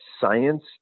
science